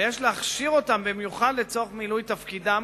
ויש להכשיר אותם במיוחד לצורך מילוי תפקידם